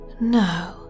No